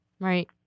Right